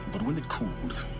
but when it cooled.